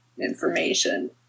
information